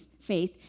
faith